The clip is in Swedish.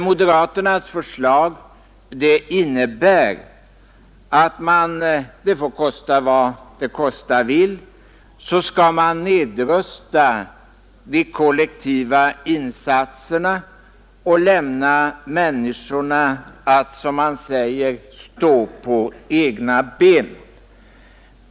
Moderaternas förslag innebär att kosta vad det kosta vill så skall man nedrusta de kollektiva insatserna och lämna människorna att, som man säger, stå på egna ben.